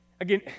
Again